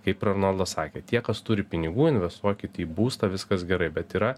kaip ir arnoldas sakė tie kas turi pinigų investuokit į būstą viskas gerai bet yra